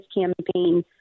campaign